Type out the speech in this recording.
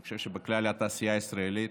אני חושב, בכלל התעשייה הישראלית.